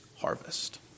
harvest